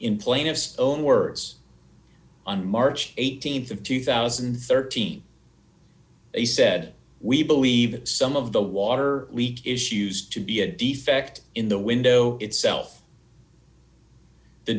in plaintiff's own words on march th of two thousand and thirteen they said we believe some of the water leak issues to be a defect in the window itself the